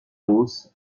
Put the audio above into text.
hausse